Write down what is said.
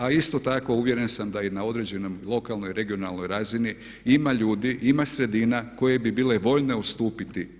A isto tako uvjeren sam da je i na određenoj lokalnoj i regionalnoj razini ima ljudi, ima sredina koje bi bile voljne ustupiti